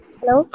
hello